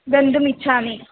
गन्तुमिच्छामि